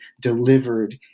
delivered